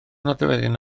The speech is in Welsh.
nodweddion